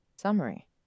Summary